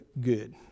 good